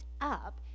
up